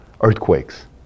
Earthquakes